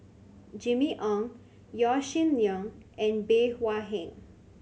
Jimmy Ong Yaw Shin Leong and Bey Hua Heng